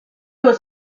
was